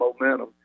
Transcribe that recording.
momentum